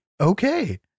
okay